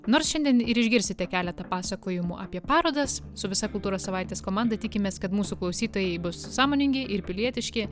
nors šiandien ir išgirsite keletą pasakojimų apie parodas su visa kultūros savaitės komanda tikimės kad mūsų klausytojai bus sąmoningi ir pilietiški